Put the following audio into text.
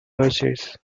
oasis